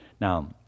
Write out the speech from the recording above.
Now